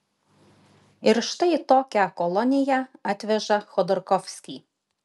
ir štai į tokią koloniją atveža chodorkovskį